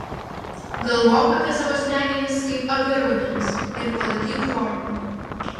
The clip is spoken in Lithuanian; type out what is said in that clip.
galvok apie savo smegenis kaip apie raumenis ir palaikyk formą